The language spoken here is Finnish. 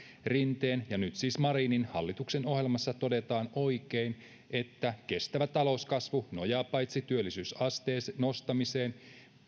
rinteen ja nyt siis marinin hallituksen ohjelmassa todetaan oikein että kestävä talouskasvu nojaa paitsi työllisyysasteen nostamiseen